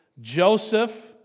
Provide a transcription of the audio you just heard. Joseph